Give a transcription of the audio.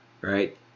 right